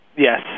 Yes